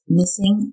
missing